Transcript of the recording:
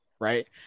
right